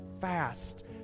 fast